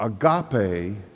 Agape